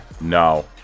no